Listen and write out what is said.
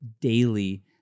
daily